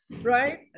right